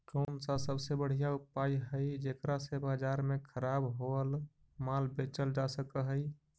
कौन सा सबसे बढ़िया उपाय हई जेकरा से बाजार में खराब होअल माल बेचल जा सक हई?